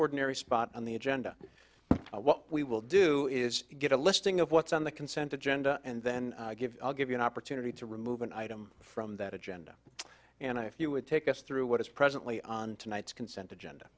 ordinary spot on the agenda what we will do is get a listing of what's on the consent agenda and then i'll give you an opportunity to remove an item from that agenda and if you would take us through what is presently on tonight's consent agenda